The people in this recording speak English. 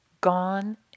Gone